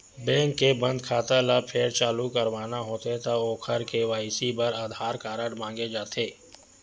bank के बंद खाता ल फेर चालू करवाना होथे त ओखर के.वाई.सी बर आधार कारड मांगे जाथे